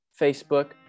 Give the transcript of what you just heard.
facebook